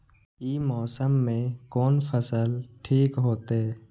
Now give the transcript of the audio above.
ई मौसम में कोन फसल ठीक होते?